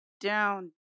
down